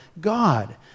God